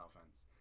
offense